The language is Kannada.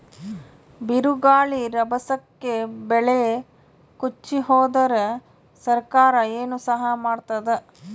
ಬಿರುಗಾಳಿ ರಭಸಕ್ಕೆ ಬೆಳೆ ಕೊಚ್ಚಿಹೋದರ ಸರಕಾರ ಏನು ಸಹಾಯ ಮಾಡತ್ತದ?